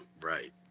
Right